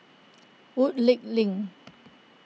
Woodleigh Link